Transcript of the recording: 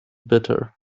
bitter